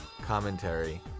commentary